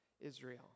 Israel